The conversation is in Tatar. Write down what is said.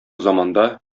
заманда